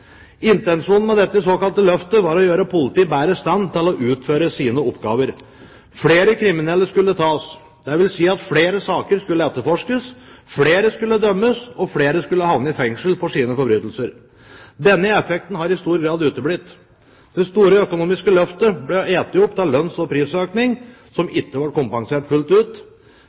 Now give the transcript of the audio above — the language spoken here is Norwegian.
Intensjonen med dette såkalte løftet var å gjøre politiet i bedre stand til å utføre sine oppgaver. Flere kriminelle skulle tas. Det vil si at flere saker skulle etterforskes, flere skulle dømmes, og flere skulle havne i fengsel for sine forbrytelser. Denne effekten har i stor grad uteblitt. Det store økonomiske løftet ble spist opp av en lønns- og prisøkning som ikke ble kompensert fullt ut,